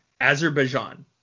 Azerbaijan